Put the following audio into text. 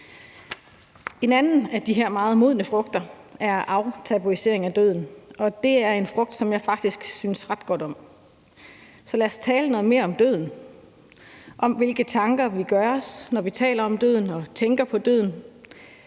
En anden af de her meget modne frugter er aftabuisering af døden, og det er en frugt, som jeg faktisk synes ret godt om. Så lad os tale noget mere om døden og om, hvilke tanker vi gør os, når vi taler om døden og tænker på døden.